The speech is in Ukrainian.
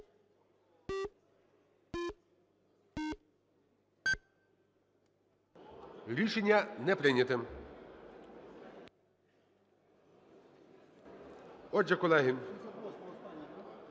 Рішення не прийнято. Отже, колеги,